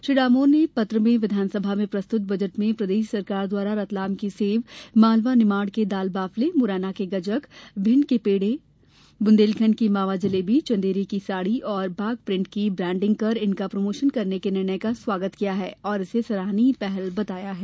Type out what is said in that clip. श्री डामोर ने पत्र में विधानसभा में प्रस्तुत बजट में प्रदेश सरकार द्वारा रतलाम की सेव मालवा निमाड़ के दाल बाफले मुरैना की गजक भिंड के पेड़े बुंदेलखंड की मावा जलेबी चंदेरी की साड़ी और बाग प्रिंट की ब्रॉन्डिंग कर इनका प्रमोशन करने के निर्णय का स्वागत किया है और इसे सराहनीय पहल बताया है